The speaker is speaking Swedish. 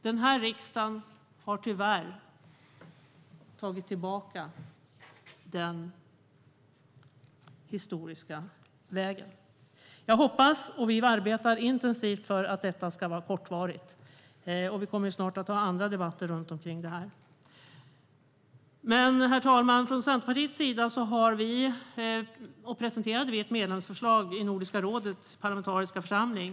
Den här riksdagen har tyvärr tagit tillbaka det historiska beslutet. Vi arbetar intensivt för att gränskontrollerna ska vara kortvariga, och riksdagen kommer snart att ha andra debatter i den frågan. Vi från Centerpartiet presenterade ett medlemsförslag i Nordiska rådets parlamentariska församling.